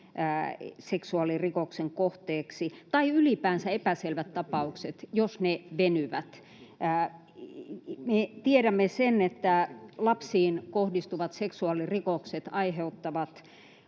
seksuaalirikoksen kohteeksi, kohdistuvat — tai ylipäänsä epäselvät — tapaukset venyvät. Me tiedämme sen, että lapsiin kohdistuvat seksuaalirikokset aiheuttavat